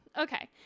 okay